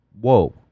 Whoa